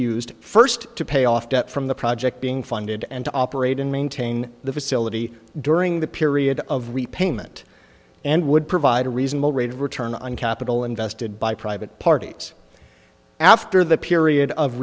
used first to pay off debt from the project being funded and to operate and maintain the facility during the period of repayment and would provide a reasonable rate of return on capital invested by private parties after the period of